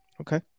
Okay